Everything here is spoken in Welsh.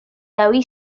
dewi